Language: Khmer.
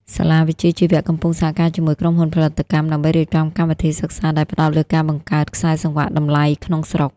សាលាវិជ្ជាជីវៈកំពុងសហការជាមួយក្រុមហ៊ុនផលិតកម្ម ដើម្បីរៀបចំកម្មវិធីសិក្សាដែលផ្ដោតលើការបង្កើត "ខ្សែសង្វាក់តម្លៃ" ក្នុងស្រុក។